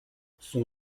son